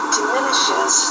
diminishes